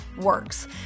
works